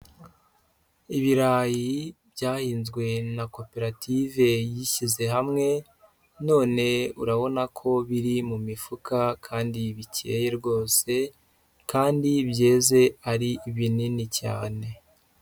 Ibirayi byahinzwe na koperative yishyize hamwe, none urabona ko biri mu mifuka kandi bikeye rwose kandi byeze ari binini cyane.